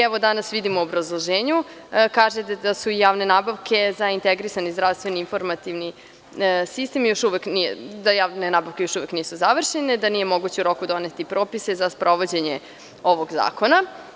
Evo, danas vidim u obrazloženju kažete da su javne nabavke za integrisani zdravstveni informativni sistem još uvek nisu završene, da nije moguće u roku doneti propise za sprovođenje ovog zakona.